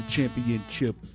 Championship